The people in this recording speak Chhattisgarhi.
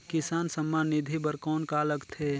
किसान सम्मान निधि बर कौन का लगथे?